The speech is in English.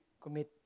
commit